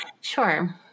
Sure